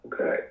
Okay